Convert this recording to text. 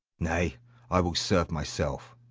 nay i will serve myself.